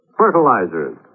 fertilizers